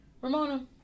Ramona